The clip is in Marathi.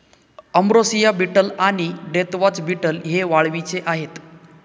अंब्रोसिया बीटल आणि डेथवॉच बीटल हे वाळवीचे आहेत